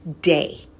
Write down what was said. day